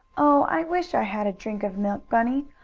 oh, i wish i had a drink of milk, bunny.